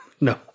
No